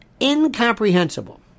incomprehensible